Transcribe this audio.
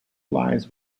lies